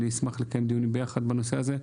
ואני אשמח לקיים דיון ביחד בנושא הזה,